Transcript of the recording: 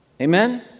Amen